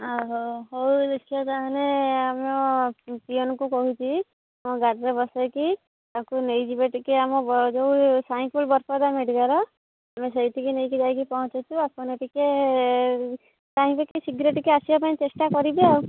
ଆହୋ ହଉ ଦେଖିବା ତାହେନେ ଆମ ପିଅନକୁ କହିଛି ଆମ ଗାଡ଼ିରେ ବସାଇକି ତାକୁ ନେଇ ଯିବେ ଟିକିଏ ଆମ ଯେଉଁ ବରପଦା ମେଡ଼ିକାଲ୍ ଆମେ ସେଇଠିକି ନେଇକି ଯାଇକି ପହଞ୍ଚୁଛୁ ଆପଣ ଟିକିଏ ଚାହିଁକି ଶୀଘ୍ର ଟିକେ ଆସିବା ପାଇଁ ଚେଷ୍ଟା କରିବେ ଆଉ